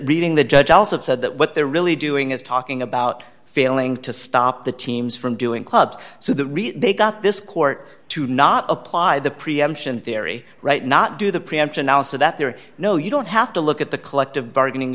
reading the judge also said that what they're really doing is talking about failing to stop the teams from doing clubs so that they got this court to not apply the preemption theory right not do the preemption now so that there are no you don't have to look at the collective bargaining